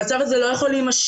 המצב הזה לא יכול להימשך.